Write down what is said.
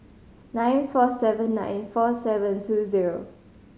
nine four seven nine four seven two zero